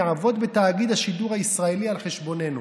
יעבוד בתאגיד השידור הישראלי על חשבוננו.